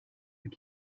with